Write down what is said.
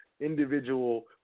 individual